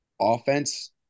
offense